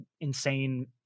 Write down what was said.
insane